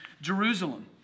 Jerusalem